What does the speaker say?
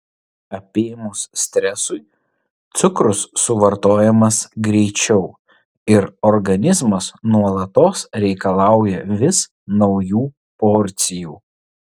apėmus stresui cukrus suvartojamas greičiau ir organizmas nuolatos reikalauja vis naujų porcijų